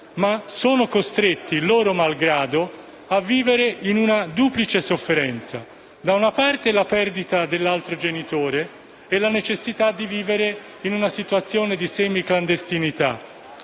ma sono costretti, loro malgrado, a vivere in una duplice sofferenza: da una parte, la perdita dell'altro genitore e la necessità di vivere in una situazione di semiclandestinità;